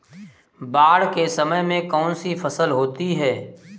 बाढ़ के समय में कौन सी फसल होती है?